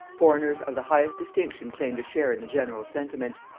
foreigners of the highest distinction claimed a share in the general sentiment.